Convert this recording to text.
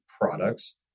products